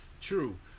True